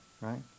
right